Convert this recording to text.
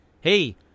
hey